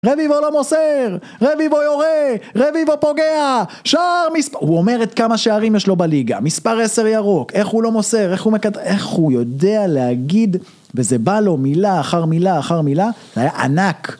רביבו לא מוסר, רביבו יורה, רביבו פוגע, שער מספר, הוא אומר את כמה שערים יש לו בליגה, מספר 10 ירוק, איך הוא לא מוסר, איך הוא מכדרר, איך הוא יודע להגיד, וזה בא לו מילה אחר מילה אחר מילה, זה היה ענק.